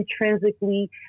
intrinsically